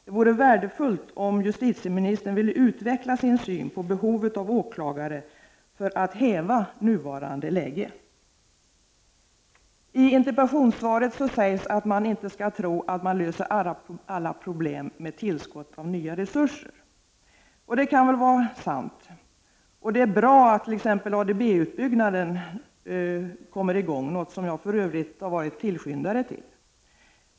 Det vore värdefullt om justitieministern ville utveckla sin syn på behovet av åklagare för att häva nuvarande läge. I interpellationssvaret sägs att man inte skall tro att man löser alla problem genom tillskott av nya resurser. Det kan väl vara sant, och det är bra att t.ex. ADB-utbyggnad kommer i gång. Det är något som jag för övrigt varit tillskyndare till.